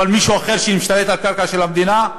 מישהו אחר שמשתלט על קרקע של המדינה,